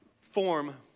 form